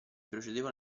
procedeva